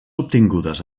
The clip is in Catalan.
obtingudes